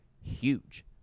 huge